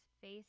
face